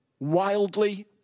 Wildly